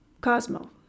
Cosmo